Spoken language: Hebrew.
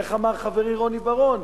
איך אמר חברי רוני בר-און?